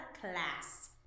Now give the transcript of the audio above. class